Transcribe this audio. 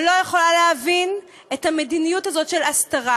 ולא יכולה להבין את המדיניות הזאת של הסתרה.